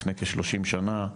לפני כשלושים שנה,